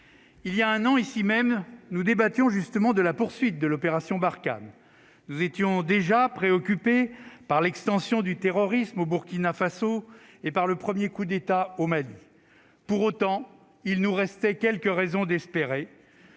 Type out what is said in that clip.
il y a un an ici même nous débattions justement de la poursuite de l'opération Barkhane nous étions déjà préoccupé par l'extension du terrorisme au Burkina Faso et par le 1er coup d'État au Mali, pour autant, il nous restait quelques raisons d'espérer